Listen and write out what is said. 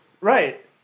Right